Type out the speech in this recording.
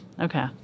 Okay